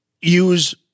use